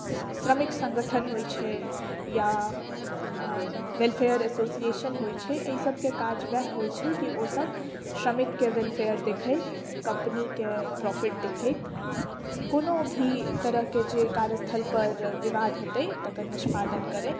श्रमिक सङ्गठन होइत छै या वेलफेयर एसोसिएशन होइत छै एहि सभके काज उएह होइत छै कि ओ सभ श्रमिकके वेलफेयर देखैत कम्पनीके प्रॉफिट देखैत कोनो भी तरहके जे कार्यस्थलपर विवाद हेतै तकर निष्पादन करै